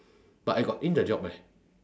but I got in the job eh